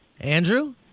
Andrew